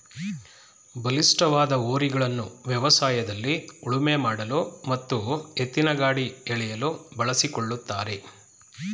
ಬಲಿಷ್ಠವಾದ ಹೋರಿಗಳನ್ನು ವ್ಯವಸಾಯದಲ್ಲಿ ಉಳುಮೆ ಮಾಡಲು ಮತ್ತು ಎತ್ತಿನಗಾಡಿ ಎಳೆಯಲು ಬಳಸಿಕೊಳ್ಳುತ್ತಾರೆ